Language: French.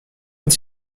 est